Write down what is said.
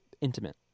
Intimate